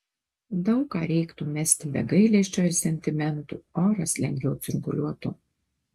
daug ką reiktų mesti be gailesčio ir sentimentų oras lengviau cirkuliuotų